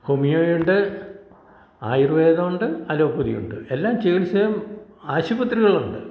homeo ഉണ്ട് ആയുർവേദം ഉണ്ട് അലോപ്പതി ഉണ്ട് എല്ലാ ചികിത്സയും ആശുപത്രികൾ ഉണ്ട്